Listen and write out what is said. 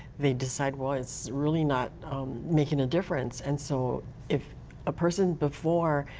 they decide, well, it's really not making a difference. and so if a person, before,